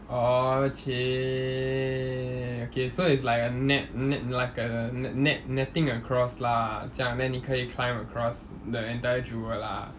orh !chey! okay so it's like a net ne~ like a net~ netting across lah 这样 then 你可以 climb across the entire jewel lah